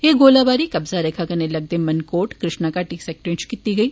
एह् गोलीबारी कब्जा रेखा कन्नै लगदे मनकोट कृष्णा घाटी सैक्टरें इच कीती गेई